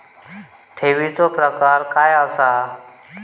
ठेवीचो प्रकार काय असा?